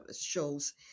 shows